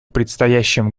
предстоящем